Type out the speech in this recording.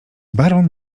baron